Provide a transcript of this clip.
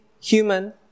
human